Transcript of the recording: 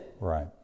right